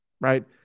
right